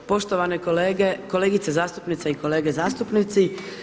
Poštovane kolegice zastupnice i kolege zastupnici.